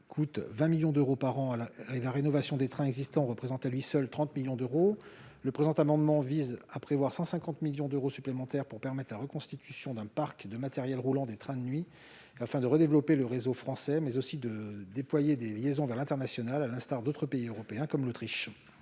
coûtent 20 millions d'euros par an, et la rénovation des trains existants représente à elle seule 30 millions d'euros. Le présent amendement vise à prévoir 150 millions d'euros supplémentaires pour permettre la reconstitution d'un parc de matériel roulant des trains de nuit, afin de redévelopper le réseau français, mais aussi de déployer des liaisons vers l'international, à l'instar d'autres pays européens comme l'Autriche.